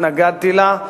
התנגדתי לה,